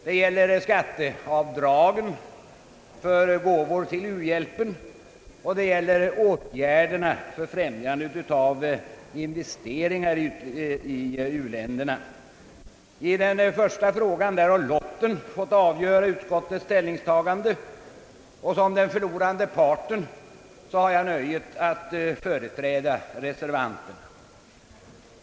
Det gäller avdragsrätt för gåvor till u-hjälp och åtgärder för främjande av investeringar i u-länderna. I den första frågan har lotten fått avgöra utskottets ställningstagande. Som förlorande part har jag nöjet att företräda reservanterna.